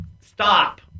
stop